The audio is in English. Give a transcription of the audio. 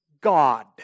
God